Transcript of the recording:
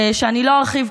שאני לא ארחיב,